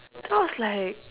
then I was like